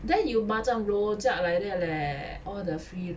then you macam rojak like that leh all the free